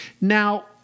Now